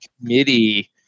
committee